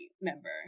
member